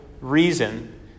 reason